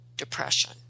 depression